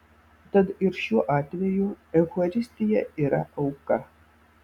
tad ir šiuo atveju eucharistija yra auka